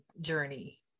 journey